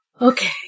Okay